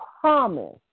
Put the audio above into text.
promise